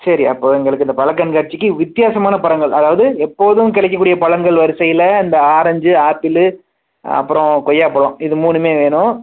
சரி அப்போ எங்களுக்கு இந்த பழ கண்காட்சிக்கு வித்தியாசமான பழங்கள் அதாவது எப்போதும் கிடைக்கக்கூடிய பழங்கள் வரிசையில் அந்த ஆரஞ்சு ஆப்பிளு அப்புறம் கொய்யாப் பழம் இது மூணுமே வேணும்